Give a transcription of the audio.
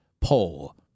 poll